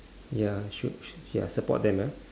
ya should should ya support them ah